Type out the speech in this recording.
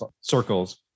circles